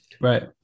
Right